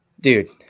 Dude